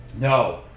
No